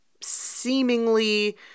seemingly